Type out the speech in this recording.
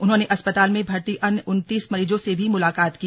उन्होंने अस्पताल में भर्ती अन्य उनतीस मरीजों से भी मुलाकात की